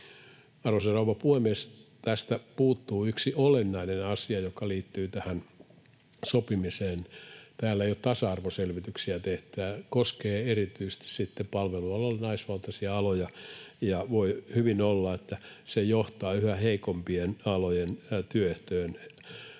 Arvoisa rouva puhemies! Tästä puuttuu yksi olennainen asia, joka liittyy tähän sopimiseen. Täällä ei ole tasa-arvoselvityksiä tehty. Tämä koskee erityisesti palvelualalla naisvaltaisia aloja, ja voi hyvin olla, että se johtaa näiden alojen työehtojen